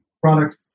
product